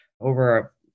over